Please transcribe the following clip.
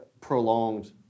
prolonged